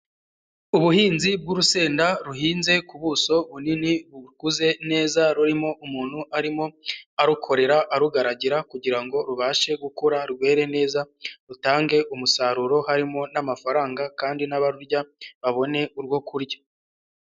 Ubuhinzi bw'urusenda ruhinze ku buso bunini bukuze neza, rurimo umuntu arimo arukorera arugaragira, kugira ngo rubashe gukura rwere neza, rutange umusaruro harimo n'amafaranga kandi n'abarurya babone urwo kurya.